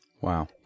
Wow